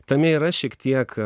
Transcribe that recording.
tame yra šiek tiek